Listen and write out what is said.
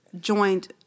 joined